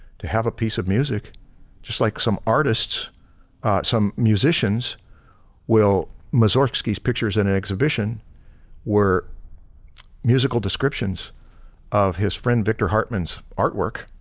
to have a piece of music just like some artists some musicians will mussorgsky pictures in an exhibition were musical descriptions of his friend victor hartmann's artwork